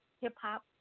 hip-hop